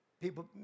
people